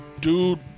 dude